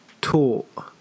taught